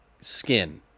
skin